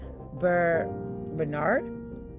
Bernard